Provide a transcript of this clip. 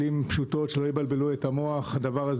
שלא יבלבלו את המוח, במילים פשוטות.